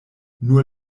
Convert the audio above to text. nur